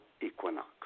equinox